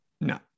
no